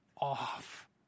off